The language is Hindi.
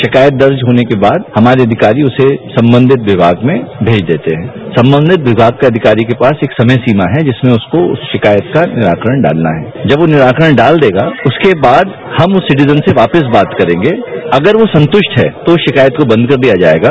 शिकायत दर्ज होने के बाद हमारे अधिकारी उसे संबंधित विभाग में भेज देते हैं संबंधित विभाग के अधिकारी के पास एक समय सीमा है जिसमें उसको उस शिकायत का निराकरण डालना है जब वह निराकरण डाल देगा उसके बाद हम उस सीटिज़न से वापस बात करेंगे अगर वह संतष्ट है तो शिकायत को बंद कर दिया जायेगा